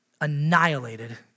annihilated